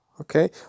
okay